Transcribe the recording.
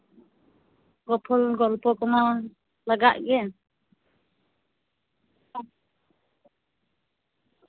ᱜᱚᱯᱚᱞ ᱜᱚᱞᱯᱷᱚ ᱠᱚᱢᱟ ᱞᱟᱜᱟᱜ ᱜᱮᱭᱟ